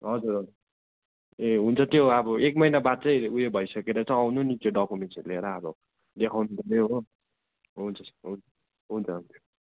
हजुर हजुर ए हुन्छ त्यो अब एक महिना बाद चाहिँ उयो भइसकेर चाहिँ आउनु नि डकुमेन्ट्सहरू लिएर अब देखाउनु पर्ने हो हुन्छ हुन्छ हुन्छ